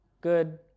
Good